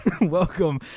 Welcome